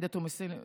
עאידה תומא סלימאן,